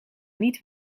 niet